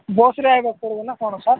ବସ୍ରେ ଆସିବାକୁ ପଡ଼ିବ ନା କ'ଣ ସାର୍